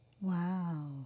Wow